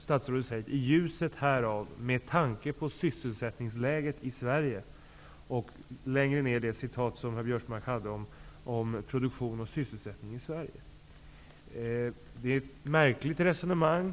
Statsrådet säger: ''I ljuset härav, med tanke på sysselsättningsläget i Sverige, --'' Längre ner står det som herr Biörsmark tidigare citerade om produktion och sysselsättning i Detta är ett märkligt resonemang.